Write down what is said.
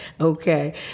Okay